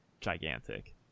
gigantic